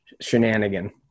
shenanigan